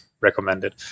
recommended